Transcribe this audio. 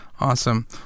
Awesome